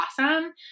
awesome